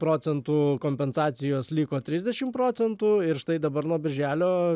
procentų kompensacijos liko trisdešim procentų ir štai dabar nuo birželio